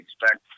expect